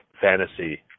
fantasy